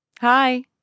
Hi